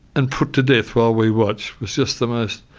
and put to death while we watched was just the most